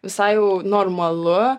visai jau normalu